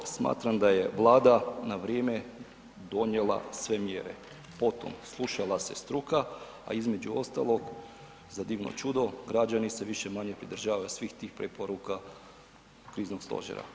Kao prvo, smatram da je Vlada na vrijeme donijela sve mjere, potom slušala se struka, a između ostalog, za divno čudo, građani se više-manje pridržavaju svih tih preporuka kriznog stožera.